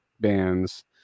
bands